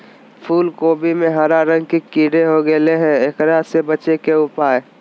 फूल कोबी में हरा रंग के कीट हो गेलै हैं, एकरा से बचे के उपाय?